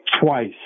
twice